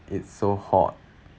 it's it's so hot